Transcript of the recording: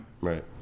Right